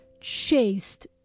chased